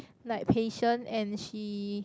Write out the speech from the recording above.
like patient and she